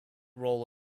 role